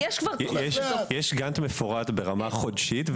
יש גאנט מפורט ברמה חודשית,